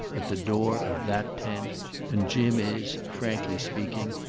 at the door of that tent and jim is, frankly speaking,